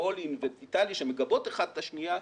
פולין ואיטליה שמגבות אחת את השנייה,